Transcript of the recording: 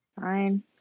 Fine